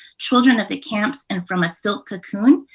children of the camps and from a silk cocoon,